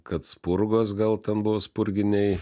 kad spurgos gal ten buvo spurginėj